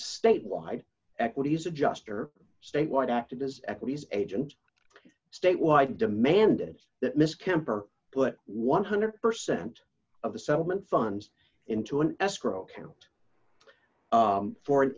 state wide equities adjuster state wide acted as equities agent statewide and demanded that miss kemper put one hundred percent of the settlement funds into an escrow account for an